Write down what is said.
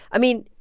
i mean,